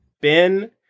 Ben